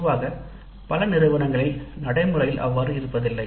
ஆனால் பொதுவாக பல நிறுவனங்களில் நடைமுறையில் அவ்வாறு இருக்காது